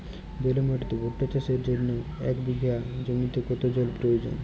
বেলে মাটিতে ভুট্টা চাষের জন্য এক বিঘা জমিতে কতো জল প্রয়োগ করব?